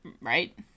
Right